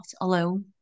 alone